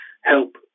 help